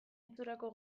itxurako